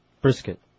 Brisket